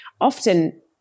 often